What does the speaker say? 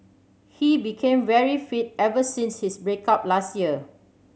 he became very fit ever since his break up last year